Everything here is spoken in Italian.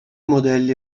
modelli